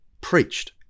preached